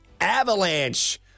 Avalanche